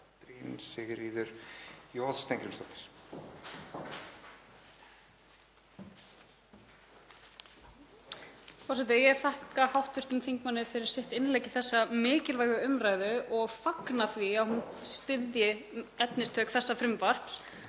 Forseti. Ég þakka hv. þingmanni fyrir sitt innlegg í þessa mikilvægu umræðu og fagna því að hún styðji efnistök þessa frumvarps.